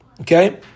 Okay